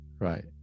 Right